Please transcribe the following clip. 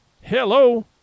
Hello